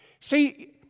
See